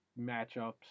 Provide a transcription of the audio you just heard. matchups